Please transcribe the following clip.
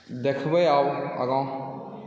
देखबै आब आगाँ